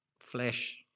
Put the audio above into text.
flesh